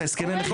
את הסכמי המכירה.